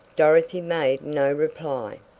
dorothy made no reply.